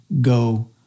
go